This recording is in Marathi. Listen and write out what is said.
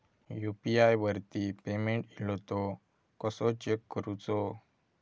यू.पी.आय वरती पेमेंट इलो तो कसो चेक करुचो?